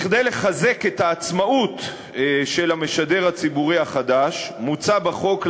כדי לחזק את העצמאות של המשדר הציבורי החדש מוצע בחוק,